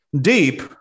Deep